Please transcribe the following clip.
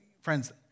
friends